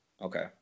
Okay